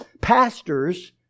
pastors